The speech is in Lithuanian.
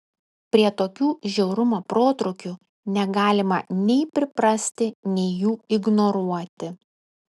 prie tokių žiaurumo protrūkių negalima nei priprasti nei jų ignoruoti